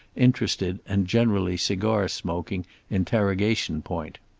interested and generally cigar-smoking interrogation point.